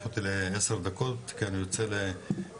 אותי ל- 10 דקות כי אני יוצא לתקשורת,